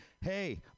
hey